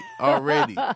already